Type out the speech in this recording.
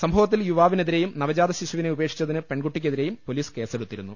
സംഭവ ത്തിൽ യുവാവിനെതിരെയും നവജാത ശിശുവിനെ ഉപേക്ഷിച്ച തിന് പെൺകുട്ടിക്കെതിരെയും പൊലീസ് കേസെടുത്തിരുന്നു